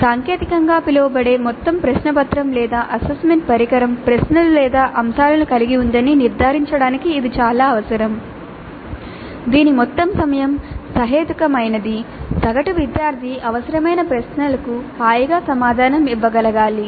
సాంకేతికంగా పిలువబడే మొత్తం ప్రశ్నపత్రం లేదా అసెస్మెంట్ పరికరం ప్రశ్నలు లేదా అంశాలను కలిగి ఉందని నిర్ధారించడానికి ఇది చాలా అవసరం దీని మొత్తం సమయం సహేతుకమైనది సగటు విద్యార్థి అవసరమైన ప్రశ్నలకు హాయిగా సమాధానం ఇవ్వగలగాలి